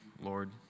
Lord